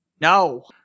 No